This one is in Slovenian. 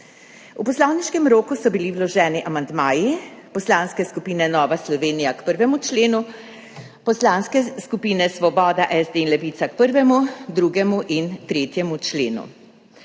V poslovniškem roku so bili vloženi amandmaji Poslanske skupine Nova Slovenija k 1. členu, poslanskih skupin Svoboda, SD in Levica k 1., 2. in 3. členu.